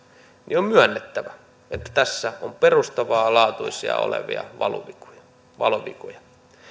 niin on myönnettävä että tässä on perustavanlaatuisia valuvikoja